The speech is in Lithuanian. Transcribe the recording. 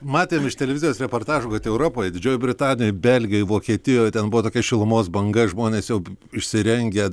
matėm iš televizijos reportažų kad europoj didžiojoj britanijoj belgijoj vokietijoj ten buvo tokia šilumos banga žmonės jau išsirengę